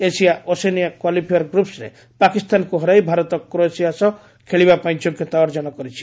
Asia Oceania qualifier ଗ୍ରପ୍ରେ ପାକିସ୍ତାନକୁ ହରାଇ ଭାରତ କ୍ରୋଏସିଆ ସହ ଖେଳିବା ପାଇଁ ଯୋଗ୍ୟତା ଅର୍ଜନ କରିଛି